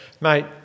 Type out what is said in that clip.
mate